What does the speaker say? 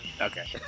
Okay